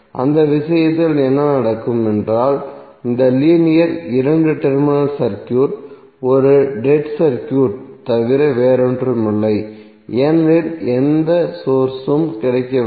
அந்த விஷயத்தில் என்ன நடக்கும் என்றால் இந்த லீனியர் இரண்டு டெர்மினல் சர்க்யூட் ஒரு டெட் சர்க்யூட் தவிர வேறொன்றுமில்லை ஏனெனில் எந்த சோர்ஸ் உம் கிடைக்கவில்லை